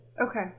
Okay